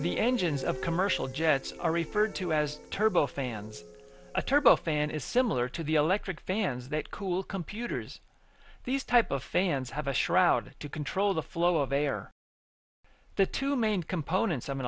the engines of commercial jets are referred to as turbo fans a turbo fan is similar to the electric fans that cool computers these type of fans have a shroud to control the flow of a are the two main components